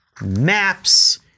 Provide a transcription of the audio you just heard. maps